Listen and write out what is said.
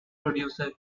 producer